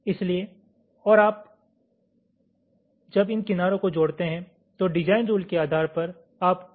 इसलिए और आप जब इन किनारों को जोड़ते हैं तो डिजाइन रुल के आधार पर आप वज़न भी जोड़ सकते हैं